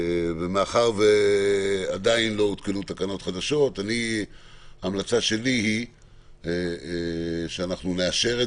מאחר ועדיין לא הותקנו תקנות חדשות ההמלצה שלי היא שאנחנו נאשר את